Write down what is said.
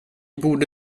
borde